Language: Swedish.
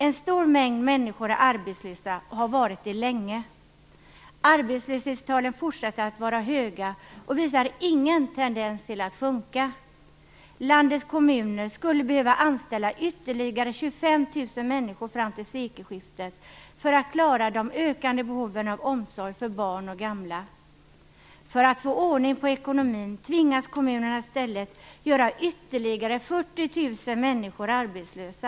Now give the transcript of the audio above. En stor mängd människor är arbetslösa och har varit det länge. Arbetslöshetstalen fortsätter att vara höga och visar ingen tendens till att sjunka. Landets kommuner skulle behöva anställa ytterligare 25 000 människor fram till sekelskiftet för att klara de ökande behoven av omsorg för barn och gamla. För att få ordning på ekonomin tvingas kommunerna i stället göra ytterligare 40 000 människor arbetslösa.